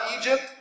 Egypt